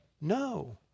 No